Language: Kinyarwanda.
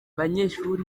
banyeshuri